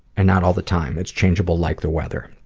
and not all the time. it's changeable like the weather.